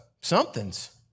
somethings